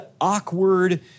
awkward